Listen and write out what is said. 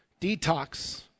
detox